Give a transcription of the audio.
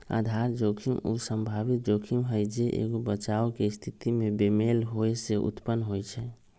आधार जोखिम उ संभावित जोखिम हइ जे एगो बचाव के स्थिति में बेमेल होय से उत्पन्न होइ छइ